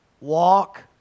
walk